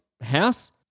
house